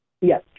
Yes